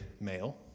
male